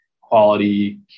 quality